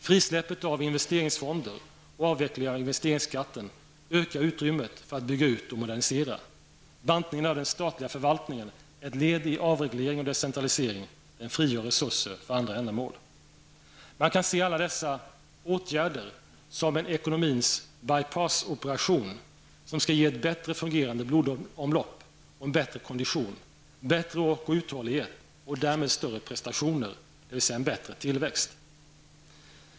Frisläppet av investeringsfonder och avveckling av investeringsskatten ökar utrymmet för att bygga ut och modernisera. -- Bantningen av den statliga förvaltningen är ett led i avreglering och decentralisering -- den frigör resurser för andra ändamål. Man kan se alla dessa åtgärder som en ekonomins by--pass-operation, som skall ge ett bättre fungerande blodomlopp och en bättre kondition, bättre ork och uthållighet och därmed större prestationer, dvs. en bättre tillväxt.